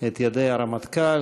את ידי הרמטכ"ל,